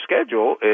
schedule